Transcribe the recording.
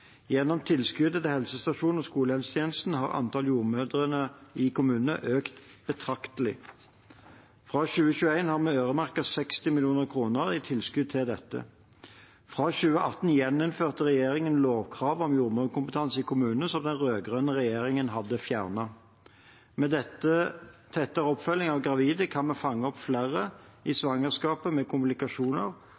Gjennom tilskuddet til helsestasjons- og skolehelsetjenesten har antall jordmødre i kommunene økt betraktelig. For 2021 har vi øremerket 60 mill. kr i tilskudd til dette. Fra 2018 gjeninnførte regjeringen lovkravet om jordmorkompetanse i kommunene, som den rød-grønne regjeringen hadde fjernet. Med tettere oppfølging av gravide kan vi fange opp flere